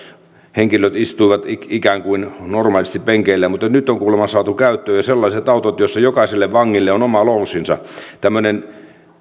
henkilöt istuivat ikään kuin normaalisti penkeillä mutta nyt on saatu kuulemma käyttöön jo sellaiset autot joissa jokaiselle vangille on oma loosinsa tämmöinen